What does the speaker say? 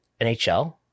NHL